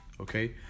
okay